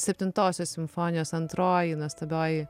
septintosios simfonijos antroji nuostabioji